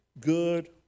good